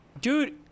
dude